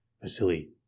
Vasily